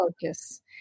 focus